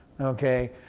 Okay